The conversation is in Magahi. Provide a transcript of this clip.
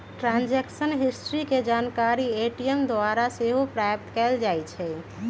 ट्रांजैक्शन हिस्ट्री के जानकारी ए.टी.एम द्वारा सेहो प्राप्त कएल जाइ छइ